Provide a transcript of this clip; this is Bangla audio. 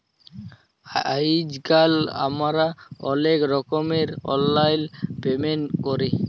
আইজকাল আমরা অলেক রকমের অললাইল পেমেল্ট ক্যরি